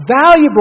valuable